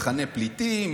מחנה פליטים,